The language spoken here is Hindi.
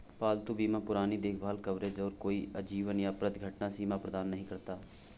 पालतू बीमा पुरानी देखभाल कवरेज और कोई आजीवन या प्रति घटना सीमा प्रदान नहीं करता